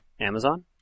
Amazon